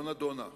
לא נדונה.